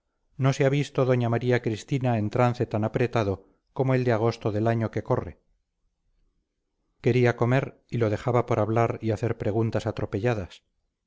no se ha visto doña maría cristina en trance tan apretado como el de agosto del año que corre quería comer y lo dejaba por hablar y hacer preguntas atropelladas